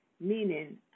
meaning